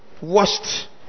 washed